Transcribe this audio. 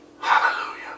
Hallelujah